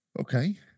okay